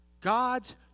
God's